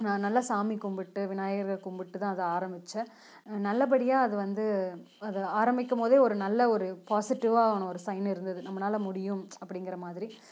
நான் நல்லா சாமி கும்பிட்டு விநாயகரை கும்பிட்டு தான் அதை ஆரம்பிச்சேன் நல்லபடியாக அது வந்து அது ஆரம்பிக்கும் போதே ஒரு நல்ல ஒரு பாசிட்டிவ்வான ஒரு சைன் இருந்துது நம்மளாள முடியும் அப்படிங்கிற மாதிரி